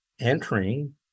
entering